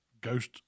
ghost